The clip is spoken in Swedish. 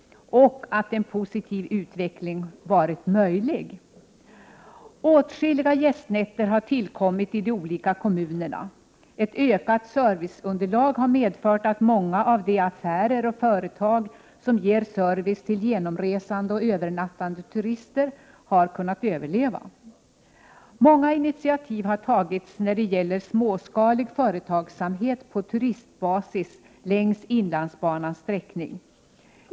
Dessutom har man visat att en positiv utveckling varit möjlig. Åtskilliga gästnätter har tillkommit i de olika kommunerna. Ett ökat serviceunderlag har medfört att många av de affärer och företag, som ger genomresande och övernattande turister service, har kunnat överleva. Många initiativ har tagits när det gäller småskalig företagsamhet på turistbasis längs inlandsbanan.